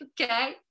okay